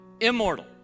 immortal